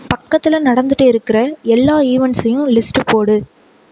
பக்கத்தில் நடந்துகிட்டு இருக்கிற எல்லா ஈவன்ட்ஸையும் லிஸ்ட்டு போடு